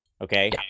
okay